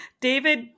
David